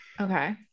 Okay